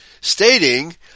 stating